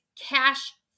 cash